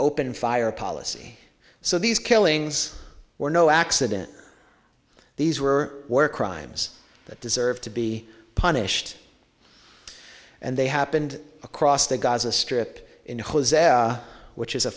open fire policy so these killings were no accident these were were crimes that deserve to be punished and they happened across the gaza strip in which is a